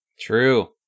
True